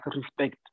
respect